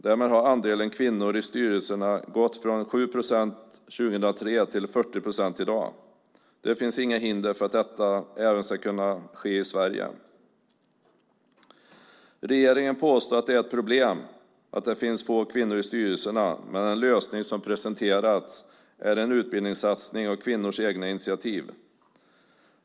Därmed har andelen kvinnor i styrelserna ökat från 7 procent år 2003 till 40 procent i dag. Det finns inga hinder för att detta ska kunna ske även i Sverige. Regeringen påstår att det är ett problem att det finns så få kvinnor i styrelserna, men den lösning som presenterats är en utbildningssatsning och kvinnors egna initiativ.